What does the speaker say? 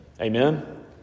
Amen